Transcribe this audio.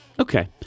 Okay